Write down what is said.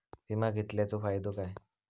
विमा घेतल्याचो फाईदो काय?